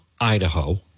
Idaho